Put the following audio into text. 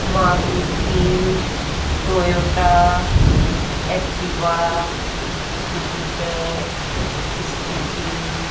Maruti Toyota Activa jupiter scooty